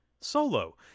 solo